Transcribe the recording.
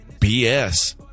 BS